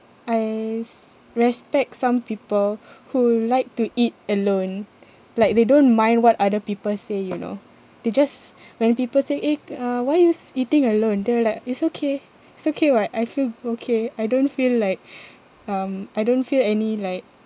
I s~ respect some people who like to eat alone like they don't mind what other people say you know they just when people say eh uh why yous eating alone they're like it's okay it's okay [what] I feel okay I don't feel like um I don't feel any like